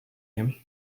him